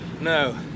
No